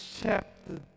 chapter